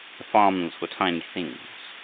the farms were tiny things,